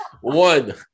one